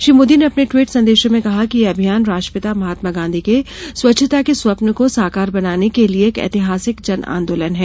श्री मोदी ने ॅअपने टवीट संदेशों में कहा कि यह अभियान राष्ट्रपिता महात्मा गॉधी के स्वच्छता के स्वप्न को साकार बनाने के लिए एक ऐतिहासिक जन आंदोलन है